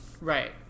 right